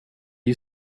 you